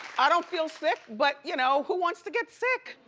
i don't feel sick, but you know who wants to get sick?